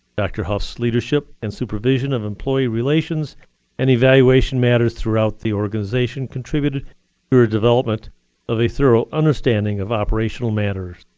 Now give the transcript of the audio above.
dr. hough's leadership and supervision of employee relations and evaluation matters throughout the organization contribute to her development of a thorough understanding of operational matters.